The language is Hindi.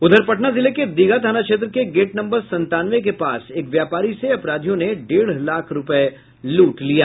उधर पटना जिले के दीघा थाना क्षेत्र के गेट नम्बर संतानवे के पास एक व्यापारी से अपराधियों ने डेढ़ लाख रूपये लूट लिया